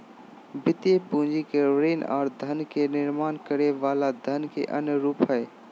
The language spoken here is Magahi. वित्तीय पूंजी ऋण आर धन के निर्माण करे वला धन के अन्य रूप हय